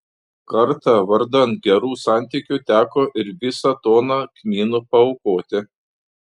kartą vardan gerų santykių teko ir visą toną kmynų paaukoti